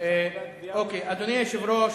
אדוני היושב-ראש,